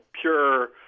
pure